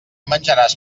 menjaràs